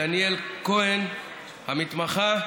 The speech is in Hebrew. לדניאל כהן המתמחה,